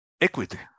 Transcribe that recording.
equity